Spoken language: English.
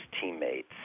teammates